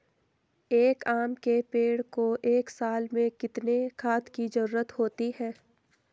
एक आम के पेड़ को एक साल में कितने खाद की जरूरत होती है?